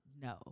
no